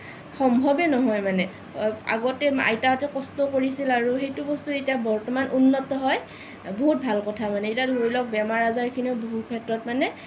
সম্ভৱেই নহয় মানে আগতে আইতাহঁতে কষ্ট কৰিছিল আৰু সেইটো বস্তু এতিয়া বৰ্তমান উন্নত হয় বহুত ভাল কথা মানে এতিয়া ধৰি লওঁক বেমাৰ আজাৰ বহু ক্ষেত্ৰত মানে